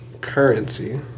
Currency